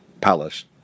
Palace